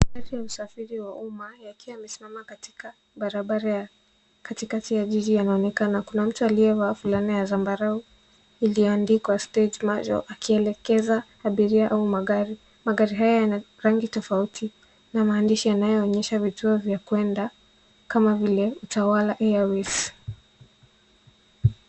Mabasi ya usafiri ya uma yakiwa yamesimama katika barabara ya katikati ya jiji yanaonekana. Kuna mtu aliyevaa fulana ya zambarau iliyoandikwa stage marshal akielekeza abiria na magari. Magari haya yana rangi tofauti na maandishi yanayoonyesha vituo vya kwenda kama vile Utawala Airways.